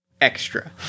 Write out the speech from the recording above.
Extra